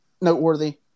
noteworthy